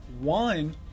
one